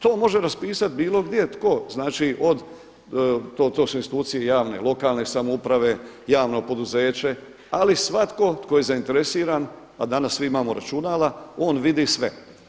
To može raspisati bilo gdje, tko znači od to su institucije javne, lokalne samouprave, javno poduzeće, ali svatko tko je zainteresiran a danas svi imamo računala on vidi sve.